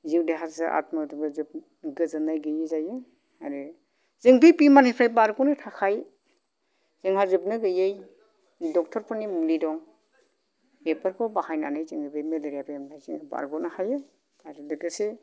जिउ देहाजों आत्माजों गोजोननाय गैयै जायो आरो जों बै बेमारनिफ्राय बारग'नो थाखाय जोंहा जोबनो गैयै डक्टरफोरनि मुलि दं बेफोरखौ बाहायनानै जोङो बे मेलेरिया बेमारजों बारग'नो हायो आरो लोगोसे